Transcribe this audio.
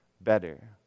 better